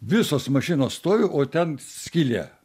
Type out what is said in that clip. visos mašinos stovi o ten skylė